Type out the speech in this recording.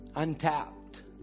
untapped